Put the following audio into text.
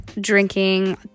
drinking